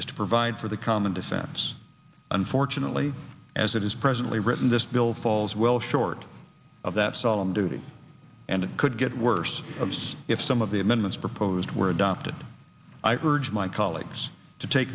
is to provide for the common defense unfortunately as it is presently written this bill falls well short of that solemn duty and it could get worse of so if some of the amendments proposed were adopted i urge my colleagues to take